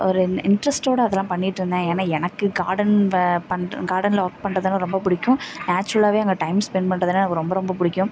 ஒரு இன் இன்ட்ரெஸ்ட்டோட அதெலாம் பண்ணிட்டுருந்தேன் ஏன்னா எனக்கு கார்டன் வா பண்ணுற கார்டனில் ஒர்க் பண்ணுறதுன்னா ரொம்ப பிடிக்கும் நேச்சுரலாவே அங்கே டைம் ஸ்பெண்ட் பண்ணுறதுன்னா எனக்கு ரொம்ப ரொம்ப பிடிக்கும்